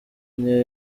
niyo